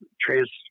trans